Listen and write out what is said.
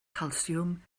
calsiwm